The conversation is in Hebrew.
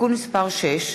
(תיקון מס' 6)